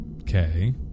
Okay